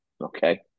okay